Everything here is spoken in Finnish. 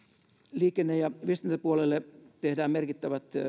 liikenne ja viestintäpuolelle tehdään merkittävät